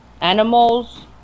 Animals